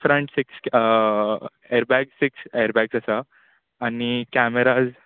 front sixth airbag six airbags आसा आनी cameras